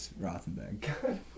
Rothenberg